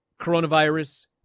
coronavirus